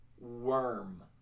Worm